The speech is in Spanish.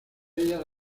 ellas